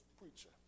preacher